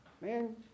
Man